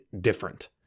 different